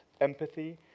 empathy